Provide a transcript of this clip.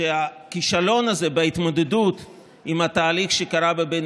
שהכישלון הזה בהתמודדות עם התהליך שקרה בבית